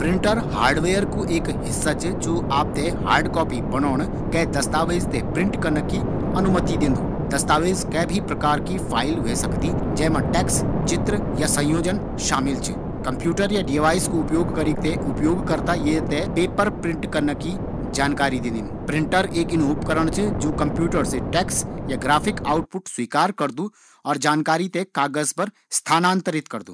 प्रिंटर हार्वेयर कु एक हिस्सा च जु आप ते हार्ड कॉपी बणोंण एक दस्तावेज ते प्रिंट कन्ना मा मदद करदु दस्तावेज के भी प्रकार की फ़ाइल ह्वे सकदी।